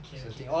okay okay lah